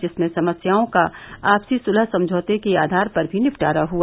जिसमें समस्याओं का आपसी सुलह समझौते के आधार पर भी निपटारा हुआ